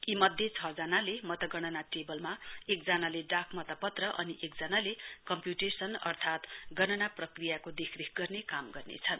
यी मध्ये छ जनाले मतगणना टेवल एक जनाले डाक मतपत्र अनि एक जनाले कम्प्टेशन अर्थात गणना प्रतिक्रिया देखरेख गर्ने काम गर्नेछन्